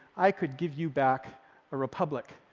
i could give you back a republic.